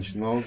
no